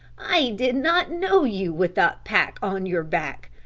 i did not know you with that pack on your back.